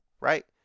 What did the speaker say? right